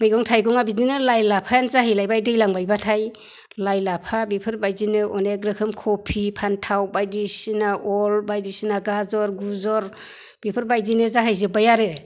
मैगं थाइगङा बिदिनो लाइ लाफायानो जाहैलायबाय दैज्लां बायबाथाय लाइ लाफा बेफोरबायदिनो अनेक रोखोम कबि फान्थाव बायदिसिना अलकबि बायदिसिना गाजर गुजर बेफोरबायदिनो जाहैजोब्बाय आरो